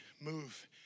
move